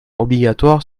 obligatoires